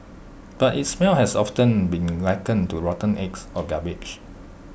but its smell has often been likened to rotten eggs or garbage